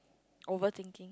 overthinking